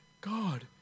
God